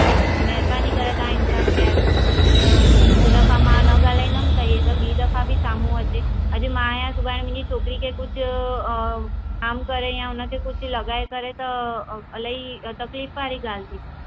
हा महिरबानी करे तां इंसाफ़ ॾियारो हींअर हिकु दफ़ा मां न ॻाल्हाईंदमि त ई त ॿीं दफ़ा बि साम्हूं अचे अॼु मां आहियां सुभाणे मुंहिंजी छोकिरी खे कुझु हार्म करे या हुनखे कुझु लॻाए करे त अलाही तकलीफ़ वारी ॻाल्हि थींदी